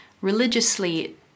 religiously